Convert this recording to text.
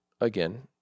again